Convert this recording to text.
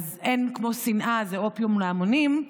אין כמו שנאה, זה אופיום להמונים.